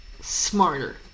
smarter